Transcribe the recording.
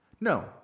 No